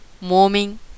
morning